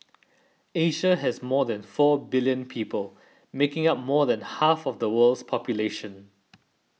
Asia has more than four billion people making up more than half of the world's population